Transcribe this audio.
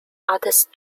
artist